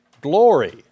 glory